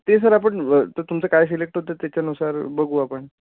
ते सर आपण व तर तुमचं काय सिलेक्ट होतंं त्याच्यानुसार बघू आपण